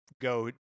go